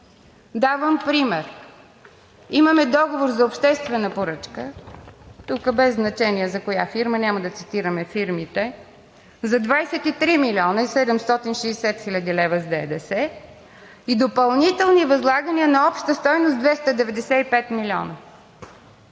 Давам пример. Имаме договор за обществена поръчка – тук е без значение за коя фирма, няма да цитираме фирмите – за 23 млн. 760 хил. лв. с ДДС и допълнителни възлагания на обща стойност 295 милиона.